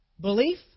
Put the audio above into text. Belief